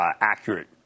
accurate